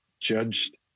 judged